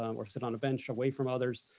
um or sit on a bench away from others,